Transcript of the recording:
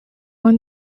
want